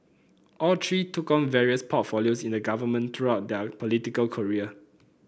all three took on various portfolios in the government throughout their political career